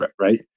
right